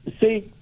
see